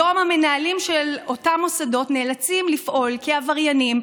היום המנהלים של אותם מוסדות נאלצים לפעול כעבריינים,